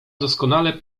doskonale